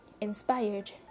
inspired